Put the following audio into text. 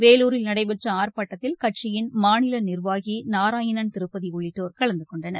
வேலூரில் நடைபெற்ற ஆர்ப்பாட்டத்தில் கட்சியின் மாநில நிர்வாகி நாராயணன் திருப்பதி உள்ளிட்டோர் கலந்துகொண்டனர்